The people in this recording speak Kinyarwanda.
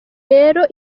rero